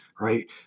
right